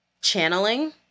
channeling